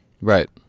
Right